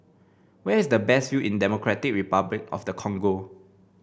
where is the best view in Democratic Republic of the Congo